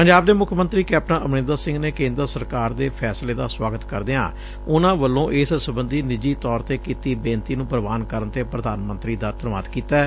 ਪੰਜਾਬ ਦੇ ਮੁੱਖ ਮੰਤਰੀ ਕੈਪਟਨ ਅਮਰਿੰਦਰ ਸਿੰਘ ਨੇ ਕੇਂਦਰ ਸਰਕਾਰ ਦੇ ਫੈਸਲੇ ਦਾ ਸੁਆਗਤ ਕਰਦਿਆਂ ਉਨੂਾ ਵੱਲੋਂ ਇਸ ਸਬੰਧੀ ਨਿੱਜੀ ਤੌਰ ਤੇ ਕੀਤੀ ਬੇਨਤੀ ਨੂੰ ਪ੍ਰਵਾਨ ਕਰਨ ਤੇ ਪ੍ਰਧਾਨ ਮੰਤਰੀ ਦਾ ਧੰਨਵਾਦ ਕੀਤੈ